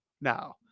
now